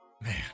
Man